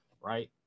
Right